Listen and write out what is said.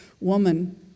woman